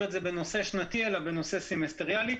אותו כנושא שנתי אלא כנושא סמסטריאלי.